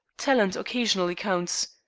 talent occasionally counts.